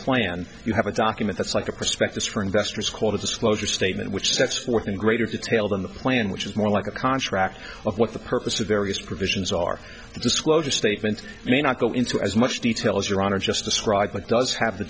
plan you have a document that's like a prospectus for investors called a disclosure statement which sets forth in greater detail than the plan which is more like a contract of what the purpose of various provisions are disclosure statements may not go into as much detail as your honor just describe what does have the